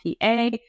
PA